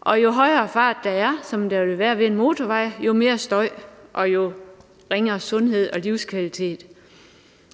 Og jo højere fart der er – som der vil være ved en motorvej – jo mere støj og jo ringere sundhed og livskvalitet